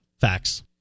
Facts